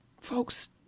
folks